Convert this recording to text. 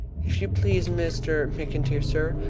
if you please, mr. mcintyre, sir,